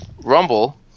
rumble